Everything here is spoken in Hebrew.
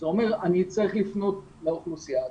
זה אומר שאני צריך לפנות לאוכלוסייה.